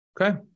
Okay